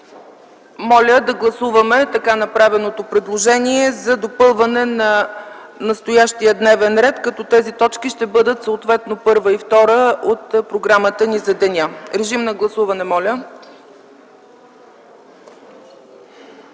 Моля да гласуваме направеното предложение за допълване на настоящия дневен ред, като тези точки ще бъдат съответно първа и втора от програмата ни за деня. Гласували